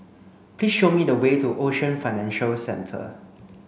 please show me the way to Ocean Financial Centre